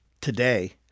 Today